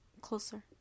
closer